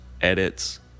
edits